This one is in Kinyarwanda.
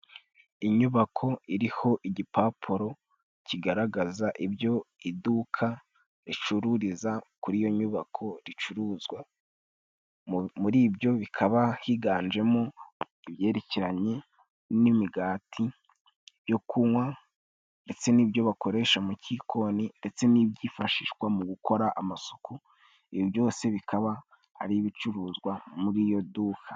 Inyubako iriho igipapuro kigaragaza ibyo iduka ricururiza kuri iyo nyubako ricuruzwa . Muri ibyo bikaba higanjemo ibyerekeranye n'imigati, ibyo kunywa ndetse n'ibyo bakoresha mu kikoni ndetse n'ibyifashishwa mu gukora amasuku. Ibi byose bikaba ari ibicuruzwa muri iyo duka.